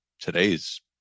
today's